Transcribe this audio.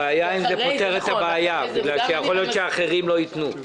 השאלה אם זה פותר את הבעיה בגלל שיכול להיות שאחרים לא יתנו.